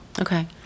Okay